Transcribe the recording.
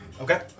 Okay